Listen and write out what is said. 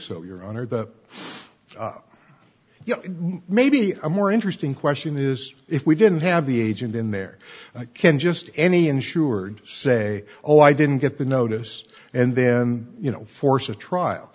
so your honor that yeah maybe a more interesting question is if we didn't have the agent in there can't just any insured say oh i didn't get the notice and then you know force a trial